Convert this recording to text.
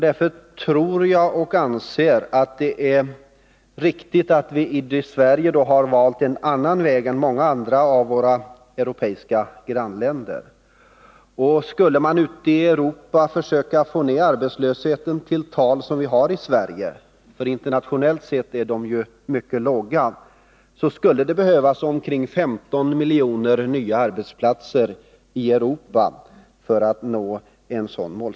Därför tror jag att det är riktigt att vi i Sverige har valt en annan väg än många av våra europeiska grannländer. För att ute i Europa få ned arbetslösheten till tal som vi har i Sverige — för dessa är internationellt sett mycket låga — skulle det behövas omkring 15 miljoner nya arbetsplatser.